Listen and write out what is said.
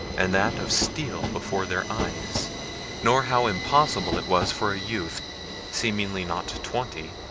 and that of steel before their eyes nor how impossible it was for a youth seemingly not twenty,